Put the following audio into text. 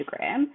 Instagram